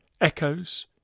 echoes